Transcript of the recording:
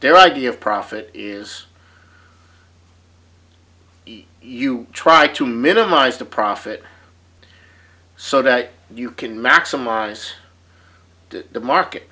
their idea of profit is you try to minimize the profit so that you can maximize the market